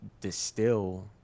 distill